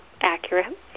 accurate